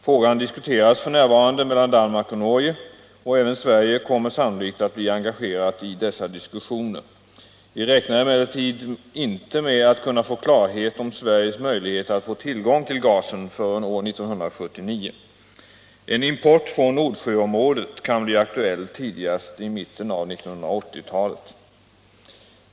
Frågan diskuteras f. n. mellan Danmark och Norge, och även Sverige kommer sannolikt att bli engagerat i dessa diskusioner. Vi räknar emellertid inte med att kunna få klarhet om Sveriges möjligheter att få tillgång till gasen förrän år 1979. En import från Nordsjöområdet kan bli aktuell tidigast i mitten av 1980-talet.